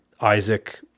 Isaac